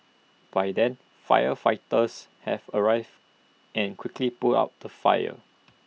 by then firefighters have arrived and quickly put out the fire